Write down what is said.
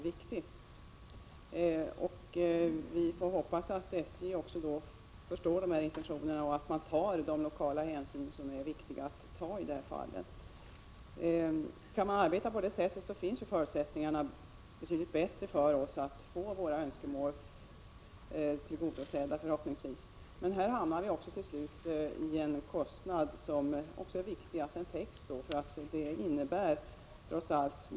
Vi får hoppas att också SJ förstår dessa intentioner och tar de lokala hänsyn som måste tas i det här fallet. Om vi kan arbeta på det sättet finns det förhoppningsvis betydligt bättre förutsättningar för oss att få våra önskemål tillgodosedda. Men här blir det till slut en kostnad som skall täckas.